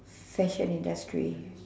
fashion industry